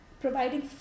providing